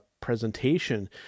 presentation